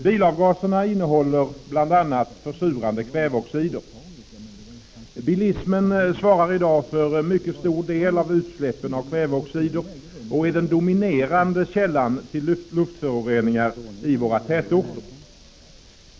Bilavgaserna innehåller bl.a. försurande kväveoxider. Bilismen svarar i dag för en mycket stor del av utsläppen av kväveoxider och är den dominerande källan till luftföroreningarna i våra tätorter.